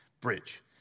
Bridge